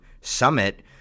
summit